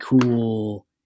cool